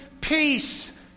peace